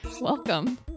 Welcome